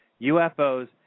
UFOs